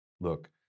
Look